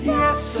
yes